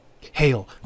hail